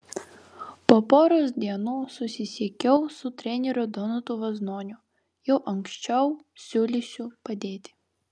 po poros dienų susisiekiau su treneriu donatu vaznoniu jau anksčiau siūliusiu padėti